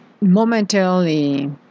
momentarily